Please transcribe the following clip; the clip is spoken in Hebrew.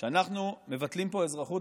אנחנו מבטלים פה אזרחות,